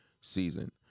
season